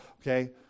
okay